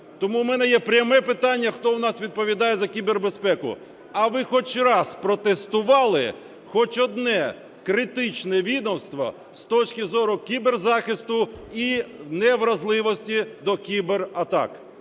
Тому в мене є пряме питання, хто у нас відповідає за кібербезпеку: а ви хоч раз протестували хоч одне критичне відомство з точки зору кіберзахисту і невразливості до кібератак?